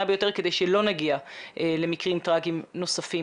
ביותר כדי שלא נגיע למקרים טרגיים נוספים.